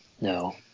No